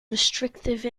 restrictive